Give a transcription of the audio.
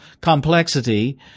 complexity